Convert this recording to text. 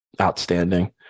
outstanding